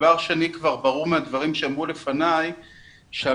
ברור מהדברים שנאמרו לפני שה-140,000,